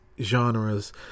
genres